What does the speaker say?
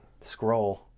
scroll